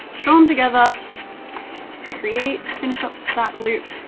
sew them together to create, finish up that loop,